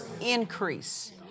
increase